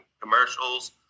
commercials